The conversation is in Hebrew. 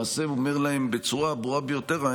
למעשה הוא אומר להם בצורה הברורה ביותר,